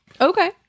Okay